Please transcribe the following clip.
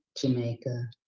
Jamaica